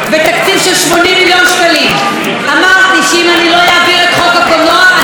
אמרתי שאם אני לא אעביר את חוק הקולנוע אני לא אחתום על התקציב החדש,